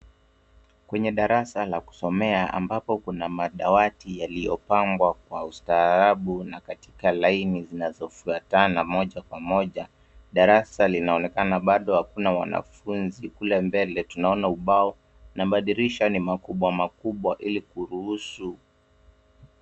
Kwenye darasa la kusomea ambapo kuna madawati yaliyopambwa kwa ustaarabu na katika laini zinazofuatana moja kwa moja. Darasa linaonekana bado hakuna wanafunzi. Kule mbele tunaona ubao na madirisha ni makubwa makubwa ili kuruhusu.